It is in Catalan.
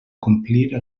complir